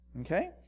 okay